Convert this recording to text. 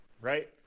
right